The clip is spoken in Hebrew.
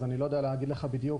אז לא יודע להגיד לך בדיוק